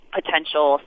potential